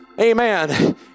amen